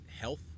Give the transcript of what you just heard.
health